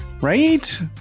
right